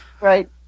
right